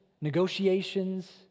negotiations